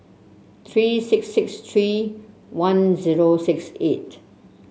three six six three one zero six eight